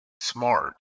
smart